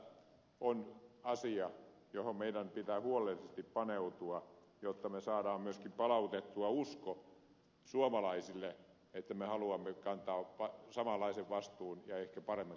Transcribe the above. tässä on asia johon meidän pitää huolellisesti paneutua jotta me saamme myöskin palautettua uskon suomalaisille että me haluamme kantaa samanlaisen vastuun ja ehkä paremmat